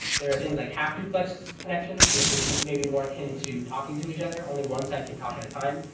there are things like half-duplex connections. this is maybe more akin to talking to each other. only one side can talk at a time.